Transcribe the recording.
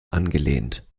angelehnt